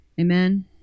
Amen